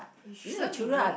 you shouldn't be doing